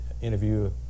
interview